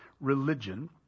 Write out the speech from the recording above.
religion